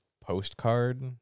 postcard